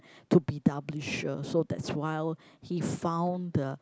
to be doubly sure so that's while he found the